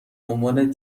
عنوان